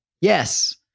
yes